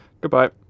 Goodbye